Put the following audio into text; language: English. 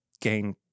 gain